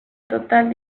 total